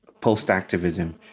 post-activism